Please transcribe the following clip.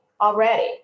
already